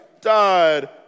died